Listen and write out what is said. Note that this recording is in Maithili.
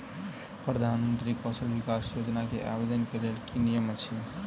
प्रधानमंत्री कौशल विकास योजना केँ आवेदन केँ लेल की नियम अछि?